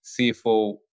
CFO